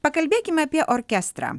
pakalbėkime apie orkestrą